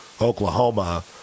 Oklahoma